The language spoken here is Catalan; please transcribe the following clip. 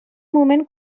moment